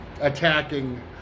attacking